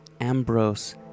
Ambrose